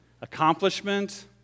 Accomplishment